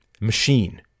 machine